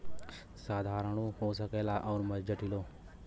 साधारणो हो सकेला अउर जटिलो